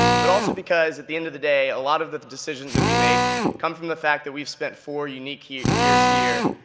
but also because at the end of the day, a lot of the the decisions that we make come from the fact that we've spent four unique years here,